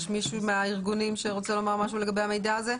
יש מישהו מהארגונים שרוצה לומר משהו לבי המידע הזה?